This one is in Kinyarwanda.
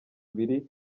ibiri